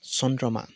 চন্দ্ৰমা